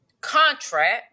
contract